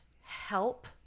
help